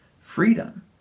freedom